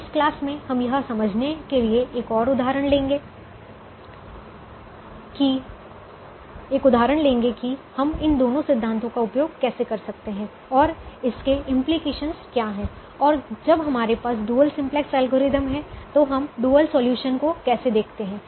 तो इस क्लास में हम यह समझने के लिए एक उदाहरण लेंगे कि हम इन दोनों सिद्धांतों का उपयोग कैसे कर सकते हैं और इसके इंप्लीकेशन क्या हैं और जब हमारे पास डुअल सिम्पलेक्स एल्गोरिथ्म हैं तो हम डुअल सॉल्यूशन को कैसे देखते हैं